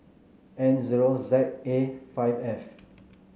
N zero Z A five F